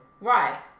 Right